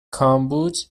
کامبوج